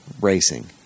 Racing